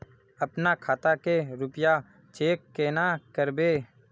अपना खाता के रुपया चेक केना करबे?